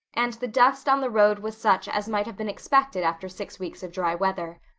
and the dust on the road was such as might have been expected after six weeks of dry weather.